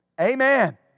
Amen